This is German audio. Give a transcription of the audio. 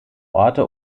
orte